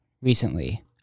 recently